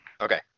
Okay